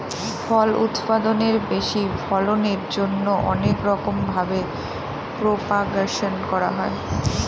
ফল উৎপাদনের বেশি ফলনের জন্যে অনেক রকম ভাবে প্রপাগাশন করা হয়